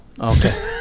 Okay